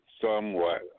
somewhat